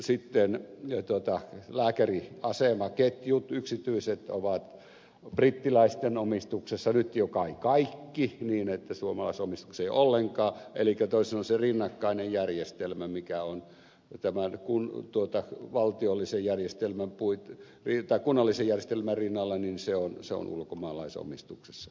sitten yksityiset lääkäriasemaketjut ovat brittiläisten omistuksessa nyt jo kai kaikki niin että suomalaisomistuksia ei ole ollenkaan elikkä toisin sanoen se rinnakkainen järjestelmä mikä on tämän kunnallisen järjestelmän rinnalla on ulkomaalaisomistuksessa jnp